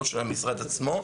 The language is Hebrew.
לא של המשרד עצמו,